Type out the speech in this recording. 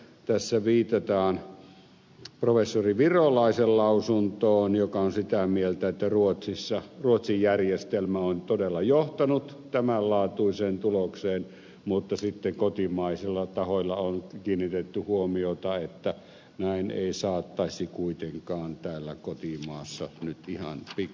tässä viitataan professori virolaisen lausuntoon joka on sitä mieltä että ruotsin järjestelmä on todella johtanut tämänlaatuiseen tulokseen mutta sitten kotimaisilla tahoilla on kiinnitetty huomiota että näin ei saattaisi kuitenkaan täällä kotimaassa nyt ihan vikavälleen tapahtua